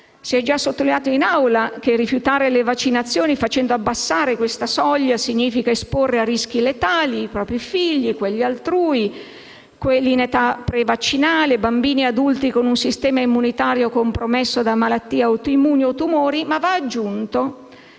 Si è già sottolineato in questa Assemblea che rifiutare le vaccinazioni, facendo abbassare questa soglia, significa esporre a rischi letali i propri figli e quelli altrui, bambini in età prevaccinale o bambini e adulti con un sistema immunitario compromesso a causa di malattie autoimmuni o tumori. Rifiutare